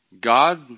God